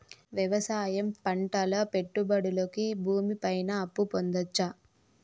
వ్యవసాయం పంటల పెట్టుబడులు కి భూమి పైన అప్పు పొందొచ్చా?